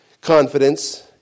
confidence